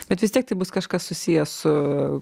bet vis tiek tai bus kažkas susiję su